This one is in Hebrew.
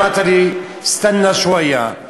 אמרת לי: סטנה שוואיה,